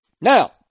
Now